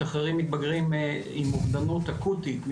משחררים מתבגרים עם אובדנות אקוטית,